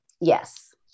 Yes